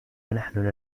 نحن